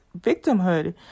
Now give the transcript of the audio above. victimhood